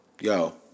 Yo